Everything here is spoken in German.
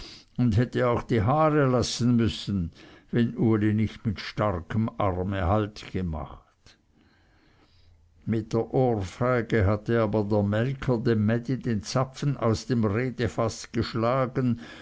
und hätte auch die haare lassen müssen wenn uli nicht mit starkem arme halt gemacht mit der ohrfeige hatte aber der melker dem mädi den zapfen aus dem redefaß geschlagen